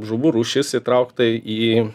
žuvų rūšis įtraukta į